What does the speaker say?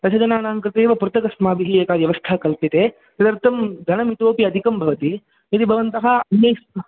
दशजनानां कृते एव पृथक् अस्माभिः एका व्यवस्था कल्प्यते यदर्थं धनमितोपि अधिकं भवति यदि भवन्तः अन्यैस्सह